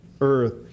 earth